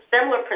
similar